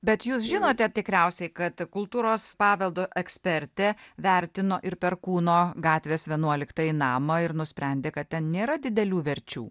bet jūs žinote tikriausiai kad kultūros paveldo ekspertė vertino ir perkūno gatvės vienuoliktąjį namą ir nusprendė kad ten nėra didelių verčių